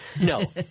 No